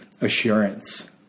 assurance